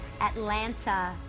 Atlanta